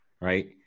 right